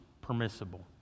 permissible